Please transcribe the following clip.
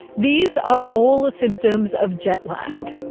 these are all symptoms of jet lag.